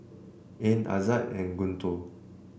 Ain Aizat and Guntur